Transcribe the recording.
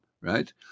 right